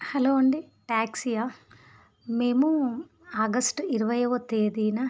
hello అండి టాక్సీయా మేము ఆగస్టు ఇరవైయవ తేదీన